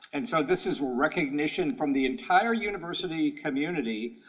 and so this is recognition from the entire university community,